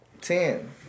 ten